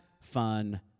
fun